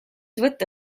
võtta